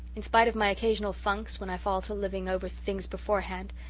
in spite of my occasional funks, when i fall to living over things beforehand,